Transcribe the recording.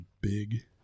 big